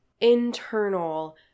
internal